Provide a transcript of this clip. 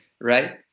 right